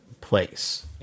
place